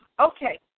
Okay